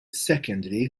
secondary